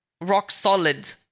rock-solid